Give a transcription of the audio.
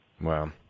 Wow